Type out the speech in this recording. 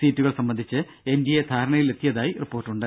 സീറ്റുകൾ സംബന്ധിച്ച് N D A ധാരണയിലെത്തിയതായി റിപ്പോർട്ടുണ്ട്